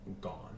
gone